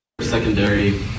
Secondary